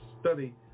study